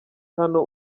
hano